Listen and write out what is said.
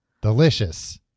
delicious